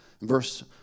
Verse